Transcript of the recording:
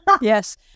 Yes